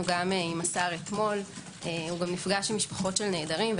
עם השר אתמול הוא גם נפגש עם משפחות נעדרים.